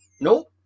Nope